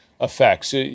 effects